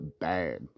bad